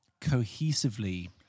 cohesively